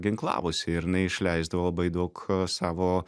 ginklavosi ir jinai išleisdavo labai daug savo